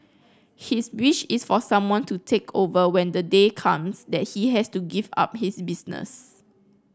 his wish is for someone to take over when the day comes that he has to give up his business